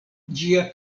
ĝia